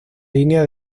línea